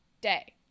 day